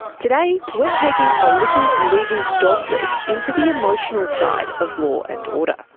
today, we are taking a little legal dogleg into the emotional side of law and order.